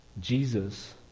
Jesus